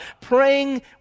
praying